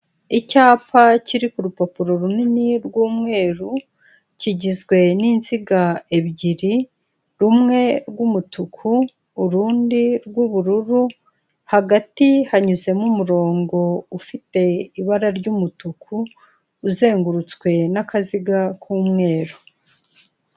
Icyapa kiri ku rupapuro runini rw'umweru kigizwe n'inzinga ebyiri rumwe rw'umutuku urundi rw'ubururu hagati hanyuzemo umurongo ufite ibara ry'umutuku uzengurutswe n'akaziga k'umweru.